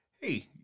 hey